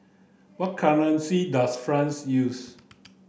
what currency does France use